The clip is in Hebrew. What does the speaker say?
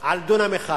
על דונם אחד